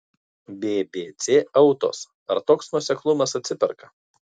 bbc autos ar toks nuoseklumas atsiperka